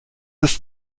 ist